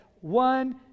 one